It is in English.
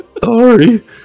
Sorry